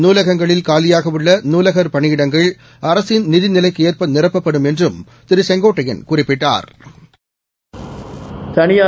நூலகங்களில் காலியாக உள்ள நூலகர் பணியிடங்கள் அரசின் நிதிநிலைக்கு ஏற்ப நிரப்பப்படும் என்றும் திரு செங்கோட்டையன் குறிப்பிட்டார்